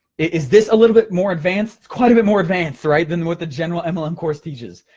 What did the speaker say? is this a little bit more advanced? it's quite a bit more advanced, right, than what the general mlm course teaches.